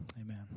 Amen